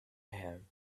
him